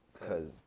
Cause